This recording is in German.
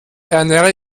ernähre